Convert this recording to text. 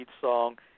song